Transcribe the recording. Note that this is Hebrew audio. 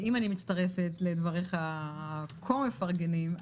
אם אני מצטרפת לדבריך הכה מפרגנים,